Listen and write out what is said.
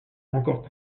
encore